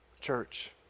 Church